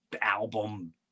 album